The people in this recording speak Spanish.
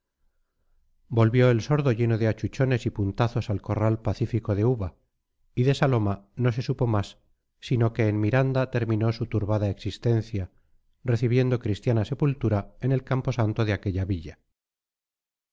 volvió el sordo lleno de achuchones y puntazos al corral pacífico de uva y de saloma no se supo más sino que en miranda terminó su turbada existencia recibiendo cristiana sepultura en el camposanto de aquella villa